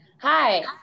hi